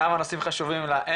גם הנושאים חשובים לה.